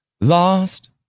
lost